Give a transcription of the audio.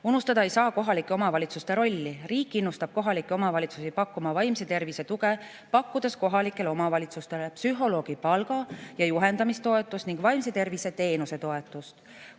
Unustada ei saa kohalike omavalitsuste rolli. Riik innustab kohalikke omavalitsusi andma vaimse tervise tuge, pakkudes kohalikele omavalitsustele psühholoogi palga‑ ja juhendamistoetust ning vaimse tervise teenuse toetust.